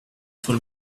for